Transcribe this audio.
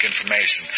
information